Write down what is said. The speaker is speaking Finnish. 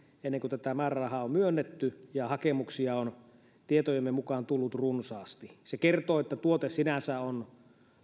ennen kuin tätä määrärahaa on myönnetty ja hakemuksia on tietojemme mukaan tullut runsaasti se kertoo että tuote sinänsä on